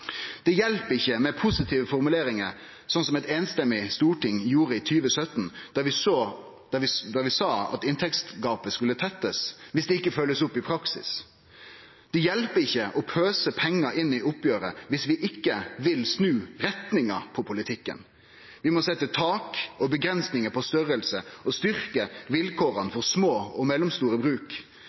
Det hjelper ikkje med positive formuleringar – som eit samrøystes storting hadde i 2017, da vi sa at inntektsgapet skulle bli tetta – viss det ikkje blir følgt opp i praksis. Det hjelper ikkje å pøse inn pengar i oppgjeret, viss vi ikkje vil snu retninga på politikken. Vi må setje tak og avgrensingar på storleikar og styrkje vilkåra for små og mellomstore bruk.